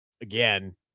again